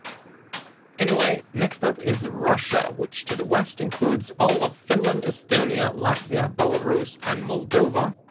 anyway, next up is russia, which to the west includes all of finland, estonia, latvia, belarus and moldova,